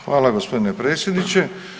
Hvala gospodine predsjedniče.